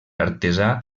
artesà